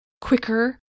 quicker